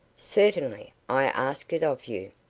certainly i ask it of you.